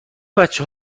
بچه